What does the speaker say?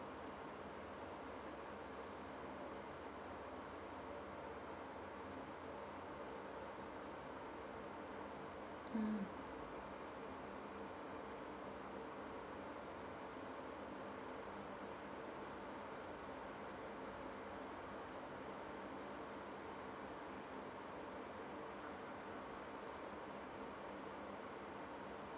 mm